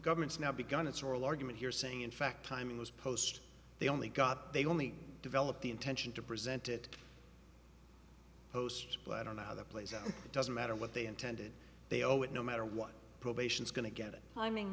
government's now begun its oral argument here saying in fact time is post they only got they only develop the intention to present it post but i don't know how that plays out it doesn't matter what they intended they owe it no matter what probation is going to get it